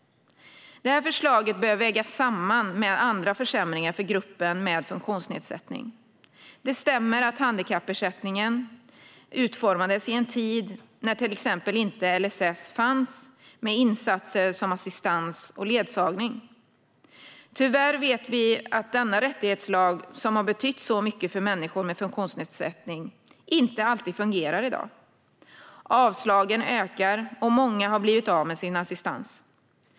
Detta förslag bör vägas samman med andra försämringar för gruppen med funktionsnedsättning. Det stämmer att handikappersättningen utformades i en tid när till exempel inte LSS fanns med insatser som assistans och ledsagning. Tyvärr vet vi att denna rättighetslag, som har betytt så mycket för människor med funktionsnedsättning, inte alltid fungerar i dag. Antalet avslag ökar, och många har blivit av med sin assistans.